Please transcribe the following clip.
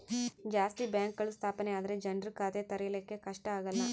ಜಾಸ್ತಿ ಬ್ಯಾಂಕ್ಗಳು ಸ್ಥಾಪನೆ ಆದ್ರೆ ಜನ್ರು ಖಾತೆ ತೆರಿಯಕ್ಕೆ ಕಷ್ಟ ಆಗಲ್ಲ